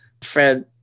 Fred